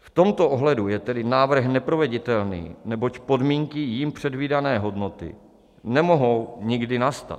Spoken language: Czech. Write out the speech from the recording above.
V tomto ohledu je tedy návrh neproveditelný, neboť podmínky jím předvídané hodnoty nemohou nikdy nastat.